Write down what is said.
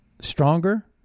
stronger